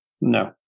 No